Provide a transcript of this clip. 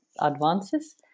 advances